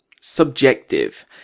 subjective